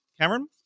Cameron